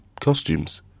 costumes